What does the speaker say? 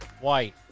White